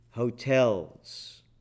Hotels